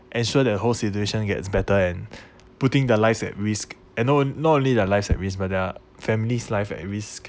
ensure that whole situation gets better and putting their lives at risk and no not only their lives at risk but their family's life at risk